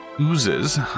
Oozes